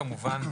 כמובן,